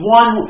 one